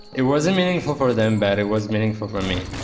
it wasn't meaningful for them but it was meaningful for me.